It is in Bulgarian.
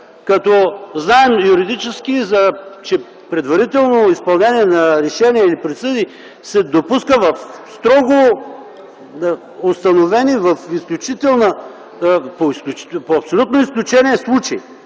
като знаем юридически, че предварително изпълнение на решения или присъди се допуска в строго установени, по абсолютно изключение случаи,